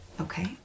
Okay